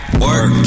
work